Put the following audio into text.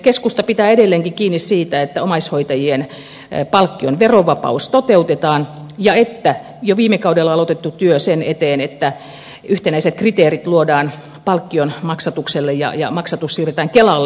keskusta pitää edelleenkin kiinni siitä että omaishoitajien palkkion verovapaus toteutetaan ja että jatketaan jo viime kaudella aloitettua työtä sen eteen että yhtenäiset kriteerit luodaan palkkion maksatukselle ja maksatus siirretään kelalle